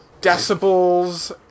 decibels